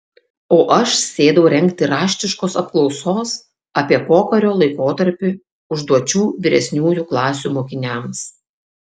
o aš sėdau rengti raštiškos apklausos apie pokario laikotarpį užduočių vyresniųjų klasių mokiniams